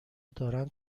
دارند